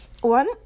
One